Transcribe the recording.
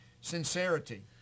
Sincerity